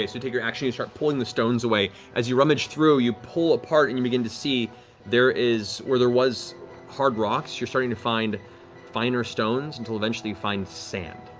you take your action, you start pulling the stones away. as you rummage through, you pull apart and you begin to see there is where there was hard rocks, you're starting to find finer stones, until eventually you find sand.